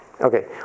Okay